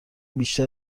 بیشتر